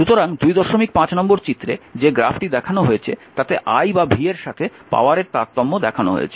সুতরাং 25 নম্বর চিত্রে যে গ্রাফটি দেখানো হয়েছে তাতে i বা v এর সাথে পাওয়ারের তারতম্য দেখানো হয়েছে